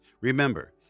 Remember